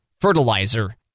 Fertilizer